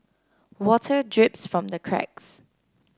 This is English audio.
water drips from the cracks